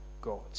God